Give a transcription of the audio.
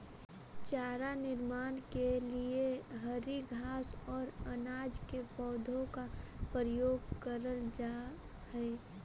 चारा निर्माण के लिए हरी घास और अनाज के पौधों का प्रयोग करल जा हई